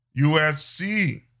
UFC